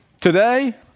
Today